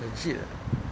legit eh